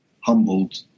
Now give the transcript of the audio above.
humbled